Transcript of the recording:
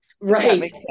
right